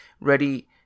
ready